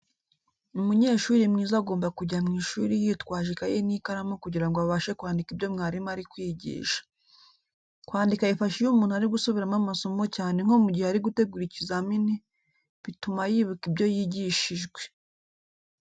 Umunyeshuri mwiza agomba kujya mu ishuri yitwaje ikayi n'ikaramu kugira ngo abashe kwandika ibyo mwarimu ari kwigisha. Kwandika bifasha iyo umuntu ari gusubiramo amasomo cyane nko mu gihe ari gutegura ikizamini, bituma yibuka ibyo yigishijwe.